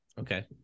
Okay